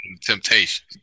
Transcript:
Temptation